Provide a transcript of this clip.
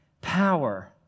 power